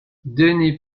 dennis